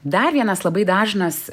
dar vienas labai dažnas